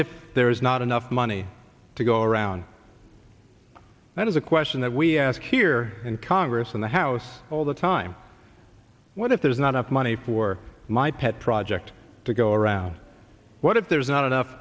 if there is not enough money to go around that is a question that we ask here in congress in the house all the time what if there's not enough money for my pet project to go around what if there is not enough